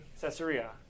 Caesarea